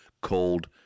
called